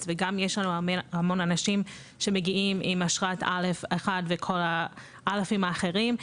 וגם יש לנו המון אנשים שמגיעים עם אשרת א.1 וכל הא' האחרים.